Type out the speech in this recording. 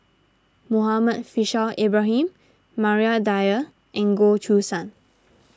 Muhammad Faishal Ibrahim Maria Dyer and Goh Choo San